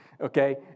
Okay